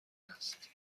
است